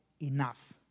enough